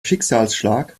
schicksalsschlag